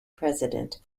president